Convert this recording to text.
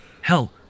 Hell